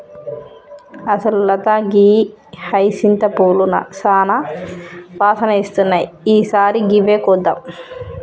అసలు లత గీ హైసింత పూలు సానా వాసన ఇస్తున్నాయి ఈ సారి గివ్వే కొందాం